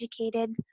educated